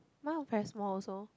mine very small also